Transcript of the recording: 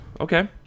Okay